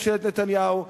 ממשלת נתניהו,